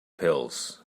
pills